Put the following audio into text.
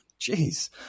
Jeez